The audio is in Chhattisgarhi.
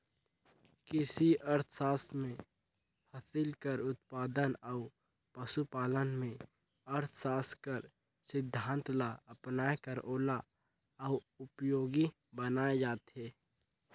किरसी अर्थसास्त्र में फसिल कर उत्पादन अउ पसु पालन में अर्थसास्त्र कर सिद्धांत ल अपनाए कर ओला अउ उपयोगी बनाए जाथे